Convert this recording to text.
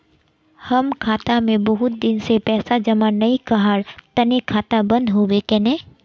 हम खाता में बहुत दिन से पैसा जमा नय कहार तने खाता बंद होबे केने?